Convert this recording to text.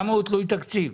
למה הוא תלוי תקציב?